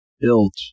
built